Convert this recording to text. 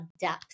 depth